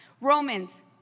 Romans